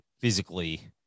physically